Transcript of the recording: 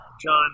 John